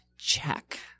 check